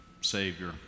Savior